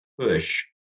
push